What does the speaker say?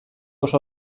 oso